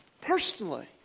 personally